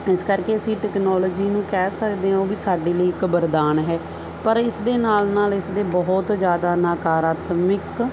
ਇਸ ਕਰਕੇ ਅਸੀਂ ਟੈਕਨੋਲੋਜੀ ਨੂੰ ਕਹਿ ਸਕਦੇ ਹਾਂ ਉਹ ਵੀ ਸਾਡੇ ਲਈ ਇੱਕ ਵਰਦਾਨ ਹੈ ਪਰ ਇਸ ਦੇ ਨਾਲ ਨਾਲ ਇਸਦੇ ਬਹੁਤ ਜ਼ਿਆਦਾ ਨਕਾਰਾਤਮਕ